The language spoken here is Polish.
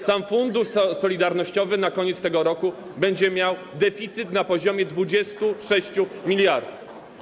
Sam Fundusz Solidarnościowy na koniec tego roku będzie miał deficyt na poziomie 26 mld.